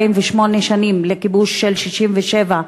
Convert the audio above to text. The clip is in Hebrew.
48 שנים לכיבוש של 1967,